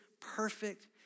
perfect